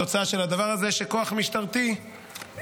התוצאה של הדבר הזה היא שכוח משטרתי ואכיפתי